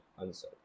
answer